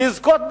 לזכות במכרז,